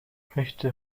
möchte